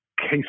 case